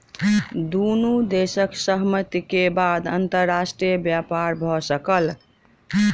दुनू देशक सहमति के बाद अंतर्राष्ट्रीय व्यापार भ सकल